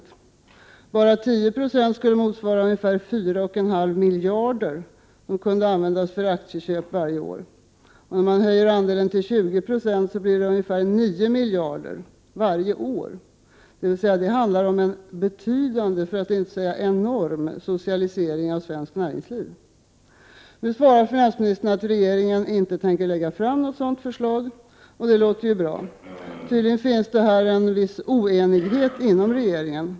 Enbart 10 96 skulle motsvara ungefär 4,5 miljarder kronor, som skulle kunna användas för aktieköp varje år. Höjer man andelen till 20 90 blir det ungefär 9 miljarder kronor varje år. Det handlar om en betydande, för att inte säga enorm, socialisering av svenskt näringsliv. Finansministern svarar nu att regeringen inte tänker lägga fram något sådant förslag, och det låter ju bra. Tydligen råder det här en viss oenighet inom regeringen.